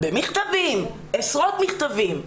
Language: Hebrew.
במכתבים עשרות מכתבים,